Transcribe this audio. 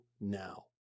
now